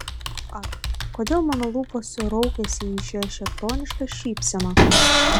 ak kodėl mano lūpos raukiasi į šią šėtonišką šypseną